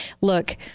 Look